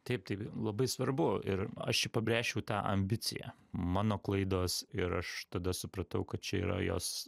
taip tai vi labai svarbu ir aš čia pabrėžčiau tą ambiciją mano klaidos ir aš tada supratau kad čia yra jos